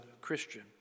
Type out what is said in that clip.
Christian